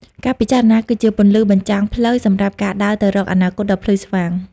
ការពិចារណាគឺជាពន្លឺបំភ្លឺផ្លូវ សម្រាប់ការដើរទៅរកអនាគតដ៏ភ្លឺស្វាង។